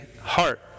heart